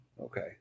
Okay